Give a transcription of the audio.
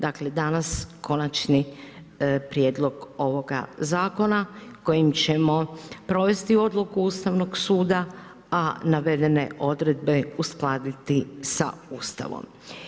Dakle, dana konačni prijedloga ovoga zakona, kojim ćemo provesti odluku Ustavnog suda, a navedene odredbe uskladiti s Ustavom.